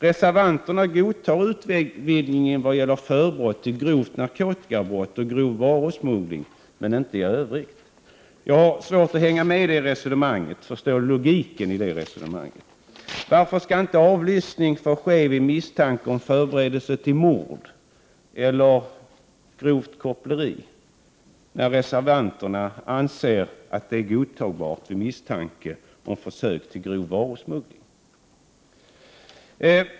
Reservanterna godtar utvidgningen vad gäller s.k. förbrott till grovt narkotikabrott och grov varusmuggling, men inte i övrigt. Jag har svårt att hänga med och förstå logiken i det resonemanget. Varför skall inte avlyssning få ske vid misstanke om förberedelse till mord eller grovt koppleri? Reservanterna anser ju att det är godtagbart vid misstanke om försök till grov varusmuggling.